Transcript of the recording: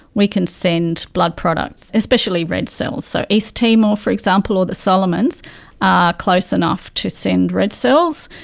we can send blood products, especially red cells. so east timor, for example, or the solomons are close enough to send red cells,